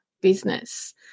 business